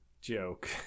joke